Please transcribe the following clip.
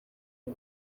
iyo